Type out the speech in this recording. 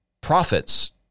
prophets